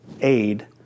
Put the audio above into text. aid